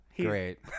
Great